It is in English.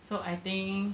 so I think